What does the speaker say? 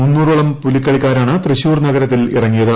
മുന്നൂറോളം പുലിക്കളിക്കാരാണ് തൃശൂർ നഗരത്തിൽ ഇറങ്ങിയത്